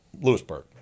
Lewisburg